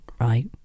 right